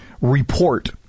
report